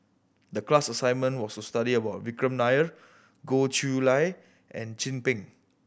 the class assignment was to study about Vikram Nair Goh Chiew Lye and Chin Peng